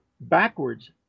backwards